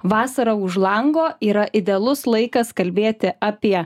vasara už lango yra idealus laikas kalbėti apie